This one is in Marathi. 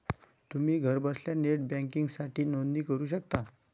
तुम्ही घरबसल्या नेट बँकिंगसाठी नोंदणी करू शकता